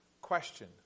question